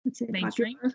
mainstream